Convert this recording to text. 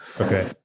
Okay